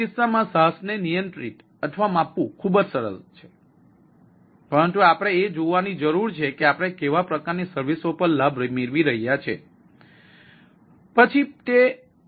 કેટલાક કિસ્સાઓમાં SaaS ને નિયંત્રિત અથવા માપવું ખૂબ જ સરળ છે પરંતુ આપણે એ જોવાની જરૂર છે કે આપણે કેવા પ્રકારની સર્વિસઓ પર લાભ મેળવી રહ્યા છીએ પછી ભલે આપણી પાસે આવી સર્વિસઓ હોય